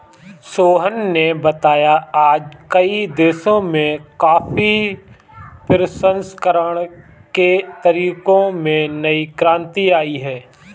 सोहन ने बताया आज कई देशों में कॉफी प्रसंस्करण के तरीकों में नई क्रांति आई है